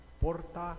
Porta